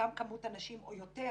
אותם כמות אנשים או יותר